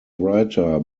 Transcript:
writer